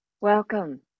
Welcome